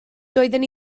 doeddwn